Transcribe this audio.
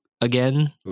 again